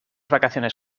vacaciones